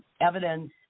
evidence